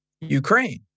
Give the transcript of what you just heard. Ukraine